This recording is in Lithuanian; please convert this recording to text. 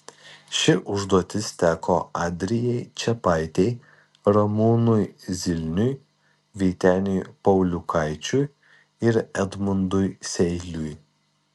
ši užduotis teko adrijai čepaitei ramūnui zilniui vyteniui pauliukaičiui ir edmundui seiliui